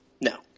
No